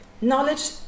Knowledge